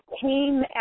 came